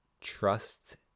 trust